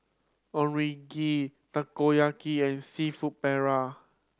Onigiri Takoyaki and Seafood Paella